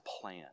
plan